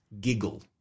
Giggle